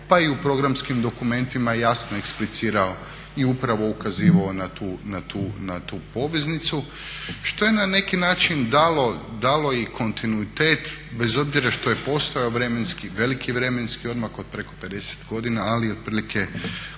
pa i u programskim dokumentima jasno eksplicirao i upravo ukazivao na tu poveznicu što je na neki način dalo i kontinuitet bez obzira što je postojao veliki vremenski odmak od preko 50 godina, ali otprilike